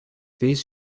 these